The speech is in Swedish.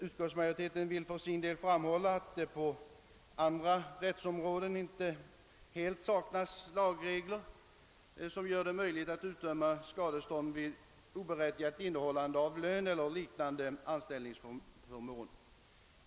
Utskottsmajoriteten vill framhålla att det på andra rättsområden inte helt saknas lagregler, som gör det möjligt att utdöma skadestånd vid oberättigat innehållande av lön eller liknande anställningsförmån.